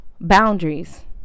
Boundaries